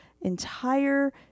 entire